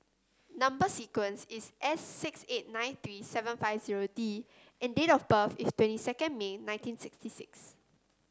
number sequence is S six eight nine three seven five zero D and date of birth is twenty second May nineteen sixty six